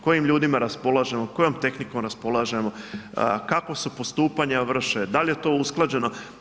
Kojim ljudima raspolažemo, kojom tehnikom raspolažemo, kako se postupanja vrše, da li je to usklađeno?